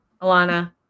Alana